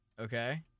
Okay